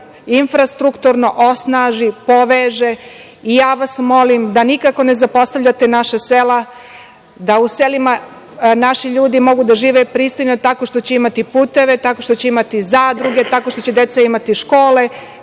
infrastrukturno osnaži, poveže i ja vas molim da nikako ne zapostavljate naša sela, da u selima naši ljudi mogu da žive pristojno tako što će imati puteve, tako što će imati zadruge, tako što će deca imati škole,